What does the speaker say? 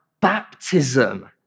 baptism